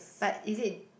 but is it